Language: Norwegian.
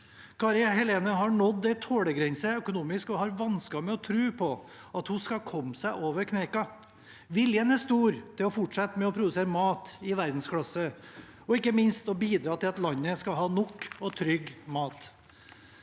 Kari Helene har nådd en tålegrense økonomisk og har vansker med å tro på at hun skal komme seg over kneika. Viljen er stor til å fortsette med å produsere mat i verdensklasse og ikke minst til å bidra til at landet skal ha nok og trygg mat.